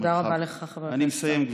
תודה רבה לך, חבר